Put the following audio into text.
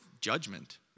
judgment